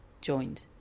joined